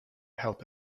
help